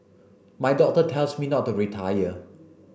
my doctor tells me not to retire